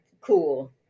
cool